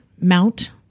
mount